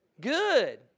Good